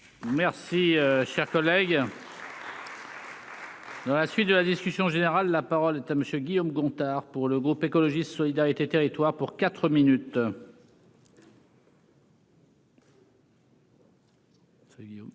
Merci, cher collègue. à la suite de la discussion générale, la parole est à monsieur Guillaume Gontard pour le groupe écologiste solidarité territoire pour 4 minutes.